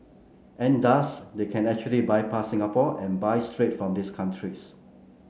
and thus they can actually bypass Singapore and buy straight from these countries